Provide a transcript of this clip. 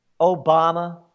Obama